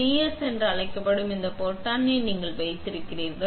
DS என்று அழைக்கப்படும் இந்த பொத்தானை நீங்கள் வைத்திருக்கின்றீர்கள்